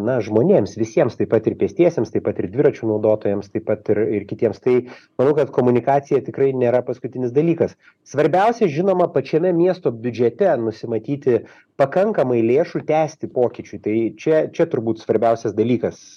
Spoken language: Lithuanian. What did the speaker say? na žmonėms visiems taip pat ir pėstiesiems taip pat ir dviračių naudotojams taip pat ir ir kitiems tai manau kad komunikacija tikrai nėra paskutinis dalykas svarbiausia žinoma pačiame miesto biudžete nusimatyti pakankamai lėšų tęsti pokyčių tai čia čia turbūt svarbiausias dalykas